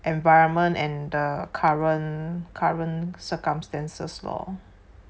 environment and the current current circumstances lor